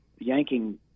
yanking